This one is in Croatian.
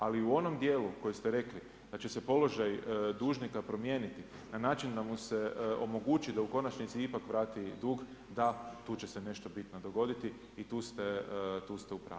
Ali u onom djelu koji ste rekli da će se položaj dužnika promijeniti na način da mu se omogući da u konačnici ipak vrati dug, da, tu će se nešto bitno dogoditi i tu ste u pravu.